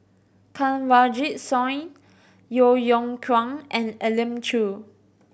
Kanwaljit Soin Yeo Yeow Kwang and Elim Chew